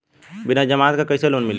बिना जमानत क कइसे लोन मिली?